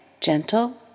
gentle